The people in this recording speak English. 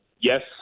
Yes